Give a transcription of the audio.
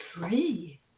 free